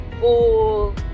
full